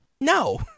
No